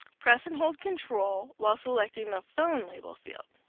press and hold control while selecting the phone label field.